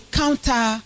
counter